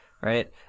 right